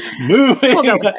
Moving